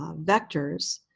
ah vectors.